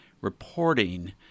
reporting